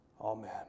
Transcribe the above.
Amen